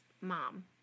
Mom